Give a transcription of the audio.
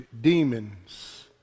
demons